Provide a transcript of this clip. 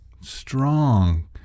strong